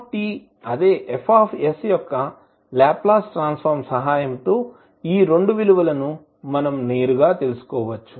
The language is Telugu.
f అదే F యొక్క లాప్లాస్ ట్రాన్సఫర్మ్ సహాయంతో ఈ రెండు విలువలను మనం నేరుగా తెలుసుకోవచ్చు